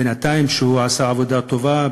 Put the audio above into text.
שבינתיים עשה עבודה טובה,